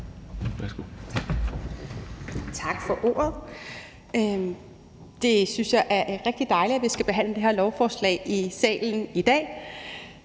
Tak for ordet. Jeg synes, det er rigtig dejligt, at vi skal behandle det her lovforslag i salen i dag.